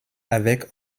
avec